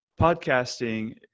podcasting